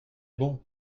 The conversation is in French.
bon